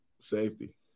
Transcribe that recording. Safety